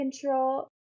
control